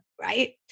Right